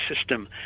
system